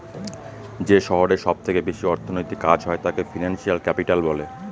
যে শহরে সব থেকে বেশি অর্থনৈতিক কাজ হয় তাকে ফিনান্সিয়াল ক্যাপিটাল বলে